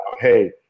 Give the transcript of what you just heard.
hey